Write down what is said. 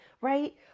right